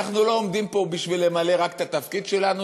אנחנו לא עומדים פה בשביל למלא רק את התפקיד שלנו,